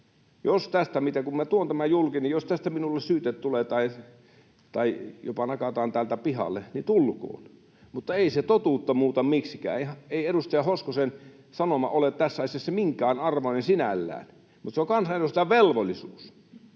jos tästä minulle syyte tulee tai jopa nakataan täältä pihalle, niin tulkoon, mutta ei se totuutta muuta miksikään. Ei edustaja Hoskosen sanoma ole tässä asiassa minkään arvoinen sinällään, mutta se on kansanedustajan velvollisuus.